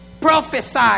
prophesy